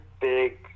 big